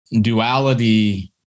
duality